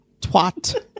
Twat